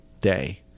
day